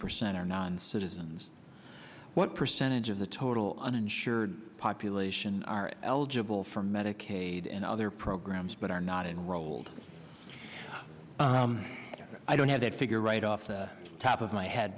percent are non citizens what percentage of the total uninsured population are eligible for medicaid and other programs but are not enrolled i don't have that figure right off the top of my head